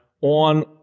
on